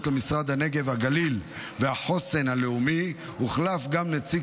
למשרד הנגב והגליל והחוסן הלאומי הוחלף גם נציג